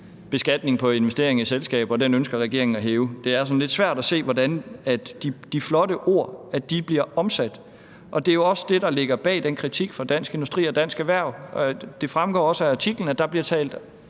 beskatningen af investering i selskaber, og den ønsker regeringen at hæve. Det er sådan lidt svært at se, hvordan de flotte ord bliver omsat. Det er også det, der ligger bag den kritik af Dansk Industri og Dansk Erhverv. Det fremgår også af artiklen, at der bliver talt